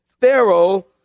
Pharaoh